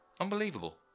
Unbelievable